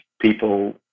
people